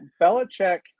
Belichick